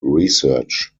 research